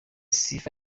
sifa